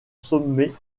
sommet